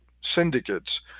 syndicates